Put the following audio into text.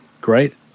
Great